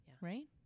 right